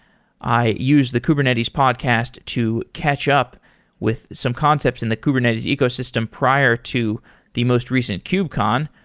i use the kubernetes podcast to catch up with some concepts in the kubernetes ecosystem prior to the most recent kubecon.